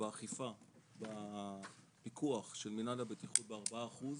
באכיפה בפיקוח של מנהל הבטיחות בארבעה אחוז,